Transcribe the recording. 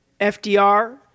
FDR